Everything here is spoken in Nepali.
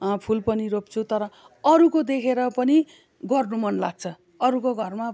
फुल पनि रोप्छु तर अरूको देखेर पनि गर्नु मन लाग्छ अरूको घरमा